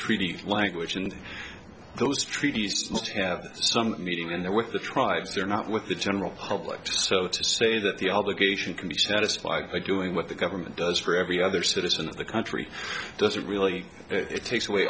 treaty language and those treaties have some meaning in there with the tribes or not with the general public so to say that the obligation can be satisfied by doing what the government does for every other citizen in the country doesn't really it takes away